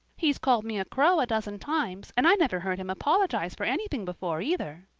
he's called me a crow a dozen times and i never heard him apologize for anything before, either.